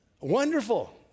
Wonderful